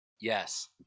Yes